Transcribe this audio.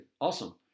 Awesome